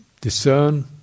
discern